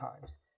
times